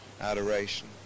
adoration